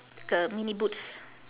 like a mini boots